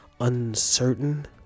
uncertain